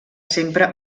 sempre